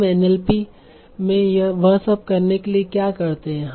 हम NLP में वह सब करने के लिए क्या करते हैं